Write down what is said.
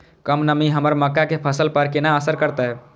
कम नमी हमर मक्का के फसल पर केना असर करतय?